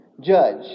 judge